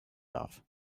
darf